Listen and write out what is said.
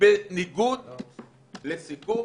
בניגוד לסיכום.